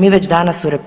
Mi već danas u RH